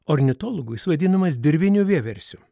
ornitologais vadinamas dirviniu vieversiu